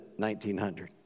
1900